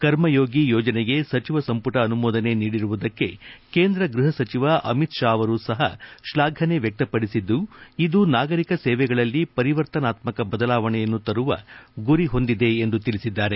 ಕರ್ಮಯೋಗಿ ಯೋಜನೆಗೆ ಸಚಿವ ಸಂಪುಟ ಅನುಮೋದನೆ ನೀಡಿರುವುದಕ್ಕೆ ಕೇಂದ್ರ ಗೃಹ ಸಚಿವ ಅಮಿತ್ ಶಾ ಅವರೂ ಸಹ ಶ್ಲಾಘನೆ ವ್ಯಕ್ತಪಡಿಸಿದ್ದು ಇದು ನಾಗರಿಕ ಸೇವೆಗಳಲ್ಲಿ ಪರಿವರ್ತನಾತ್ಮಕ ಬದಲಾವಣೆಯನ್ನು ತರುವ ಗುರಿ ಹೊಂದಿದೆ ಎಂದು ತಿಳಿಸಿದ್ದಾರೆ